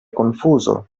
konfuzo